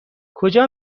کجا